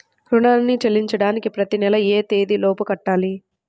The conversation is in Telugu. రుణాన్ని చెల్లించడానికి ప్రతి నెల ఏ తేదీ లోపు కట్టాలి?